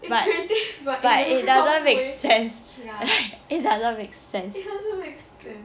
but but but it doesn't make sense it doesn't make sense